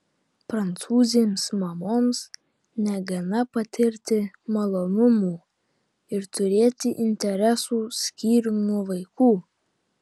prancūzėms mamoms negana patirti malonumų ir turėti interesų skyrium nuo vaikų